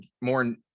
more